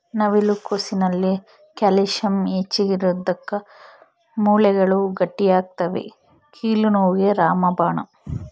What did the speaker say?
ನವಿಲು ಕೋಸಿನಲ್ಲಿ ಕ್ಯಾಲ್ಸಿಯಂ ಹೆಚ್ಚಿಗಿರೋದುಕ್ಕ ಮೂಳೆಗಳು ಗಟ್ಟಿಯಾಗ್ತವೆ ಕೀಲು ನೋವಿಗೆ ರಾಮಬಾಣ